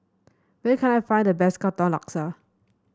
where can I find the best Katong Laksa